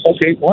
Okay